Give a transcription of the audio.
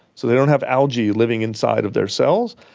so they don't have algae living inside of their cells,